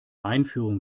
einführung